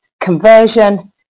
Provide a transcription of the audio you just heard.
conversion